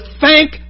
thank